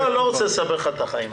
לא רוצה לסבך לך את החיים,